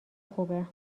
خوبه